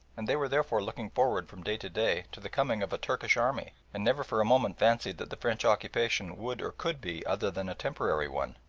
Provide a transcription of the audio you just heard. and they were therefore looking forward from day to day to the coming of a turkish army, and never for a moment fancied that the french occupation would or could be other than a temporary one.